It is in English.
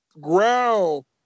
Growl